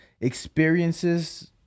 experiences